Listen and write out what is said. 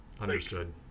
understood